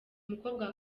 mukobwa